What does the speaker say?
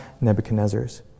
Nebuchadnezzar's